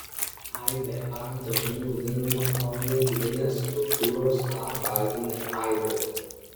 aibė a dažnai vadinama algebrinės struktūros a bazine aibe